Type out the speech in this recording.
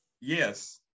Yes